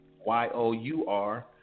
Y-O-U-R